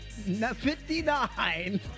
59